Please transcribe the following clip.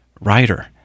writer